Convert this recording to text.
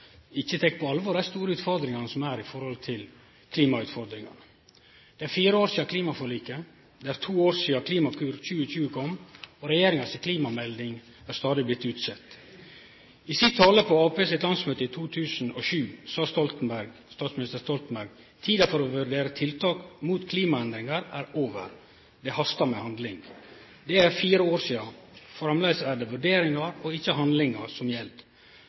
ikkje tek på alvor dei store utfordringane som er når det gjeld klimaet. Det er fire år sidan klimaforliket. Det er to år sidan Klimakur 2020 kom, og regjeringa si klimamelding er stadig blitt utsett. I si tale på Arbeidarpartiet sitt landsmøte i 2007 sa statsminister Stoltenberg: «Tiden for å vurdere tiltak mot klimaendringer er over. Det haster med handling.» Det er fire år sidan. Framleis er det vurderingar, ikkje handlingar, som gjeld.